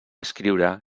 escriure